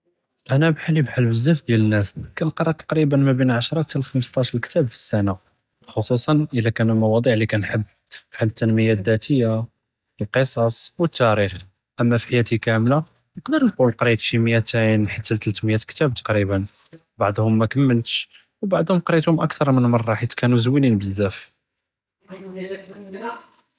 אנא בחאלי בחאל בזאף דיאל אלנאס، כנקרא תקريبا בין עשרא חתה ל־חמסטאש כתאב פי לסנה، ח'צוסאן אלא כאנו אלמואצ'יע אללי כנחב, בחאל אלתנמיה אלדאתיה, אלקצץ, ו אלתאריח', אמא פי חיאתי כאמלה, נקדר נקול קרית שי מיאתין חתה ל־תלתמיא כתאב תקريبا, בעצ'הם מאכמלתש, ובעצ'הם קריתהם אכתר מן מרא חית כאנו זווינין בזאף.